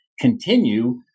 continue